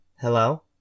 Hello